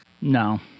No